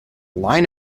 line